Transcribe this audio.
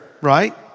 right